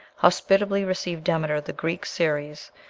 hospitably received demeter, the greek ceres,